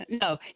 No